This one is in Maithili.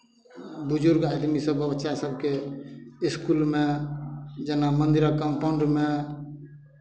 बुजुर्ग आदमी सभके बच्चा सभके इसकुलमे जेना मन्दिरक कम्पाउंडमे